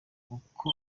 uko